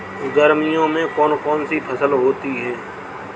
गर्मियों में कौन कौन सी फसल होती है?